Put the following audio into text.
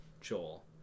Joel